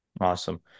awesome